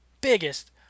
biggest